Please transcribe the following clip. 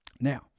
now